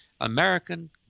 American